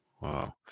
Wow